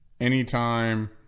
anytime